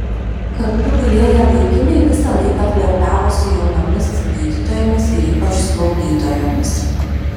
kartu gulėję vaikinai visą laiką flirtavo su jaunomis gydytojomis ir ypač slaugytojomis